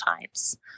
times